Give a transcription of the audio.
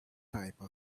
type